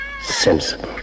Sensible